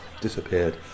disappeared